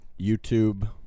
YouTube